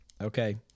Okay